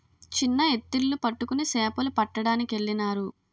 చిన్న ఎత్తిళ్లు పట్టుకొని సేపలు పట్టడానికెళ్ళినారు